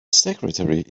secretary